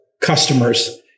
customers